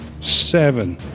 seven